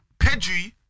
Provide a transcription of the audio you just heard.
Pedri